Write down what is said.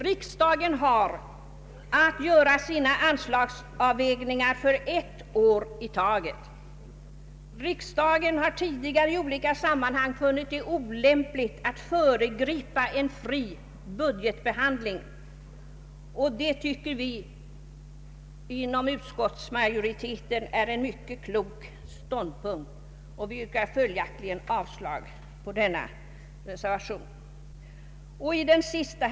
Riksdagen har att göra sina anslagsavvägningar för ett år i taget. Riksdagen har tidigare i olika sammanhang funnit det olämpligt att föregripa en fri budgetbehandling och det tycker vi inom utskottsmajoriteten är en mycket klok ståndpunkt. Vi yrkar följaktligen avslag på denna reservation. Herr talman!